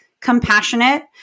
compassionate